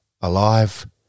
alive